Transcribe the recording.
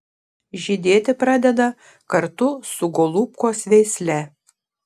žydėti pradeda kartu su golubkos veisle